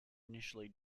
initially